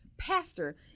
pastor